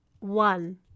one